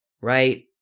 right